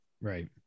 Right